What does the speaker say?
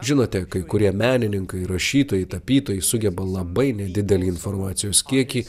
žinote kai kurie menininkai rašytojai tapytojai sugeba labai nedidelį informacijos kiekį